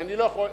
שאני לא יכול,